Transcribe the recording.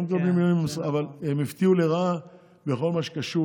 הם הפתיעו לרעה בכל מה שקשור